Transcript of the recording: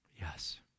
Yes